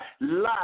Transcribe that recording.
live